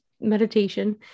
meditation